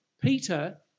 Peter